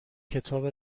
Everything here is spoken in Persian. کتاب